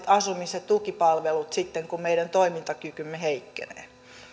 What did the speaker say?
asumis ja tukipalvelut kun meidän toimintakykymme heikkenee